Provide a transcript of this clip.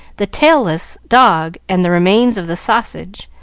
the tailless dog, and the remains of the sausage,